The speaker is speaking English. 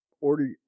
Order